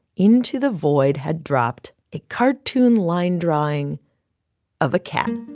into the void had dropped a cartoon line drawing of a cat